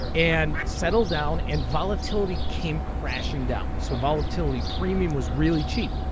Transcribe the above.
and settled down, and volatility came crashing down. so volatility premium was really cheap.